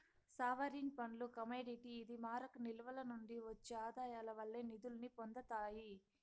sovereign ఫండ్లు commodity ఇది మారక నిల్వల నుండి ఒచ్చే ఆదాయాల వల్లే నిదుల్ని పొందతాయి